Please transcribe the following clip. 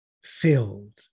filled